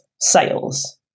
Sales